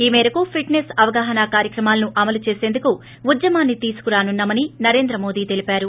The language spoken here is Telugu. ఈ పేరకు ఫిట్సెస్ అవగాహన కార్యక్రమాలను అమలు చేసిందుకు ఉద్భమాన్ని తీసుకురానున్నా మని నరేంద్ర మోదీ తెలిపారు